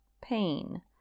pain